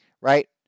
right